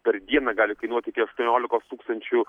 per dieną gali kainuoti iki aštuoniolikos tūkstančių